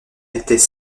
étaient